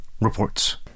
reports